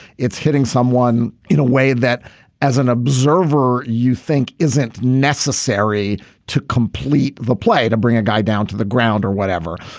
it's hitting someone in a way that as an observer you think isn't necessary to complete the play to bring a guy down to the ground or whatever.